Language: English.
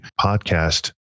podcast